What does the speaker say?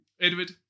edward